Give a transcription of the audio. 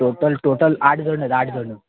total total आठ जण आहेत आठ जण